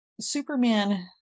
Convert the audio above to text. superman